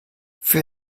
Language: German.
für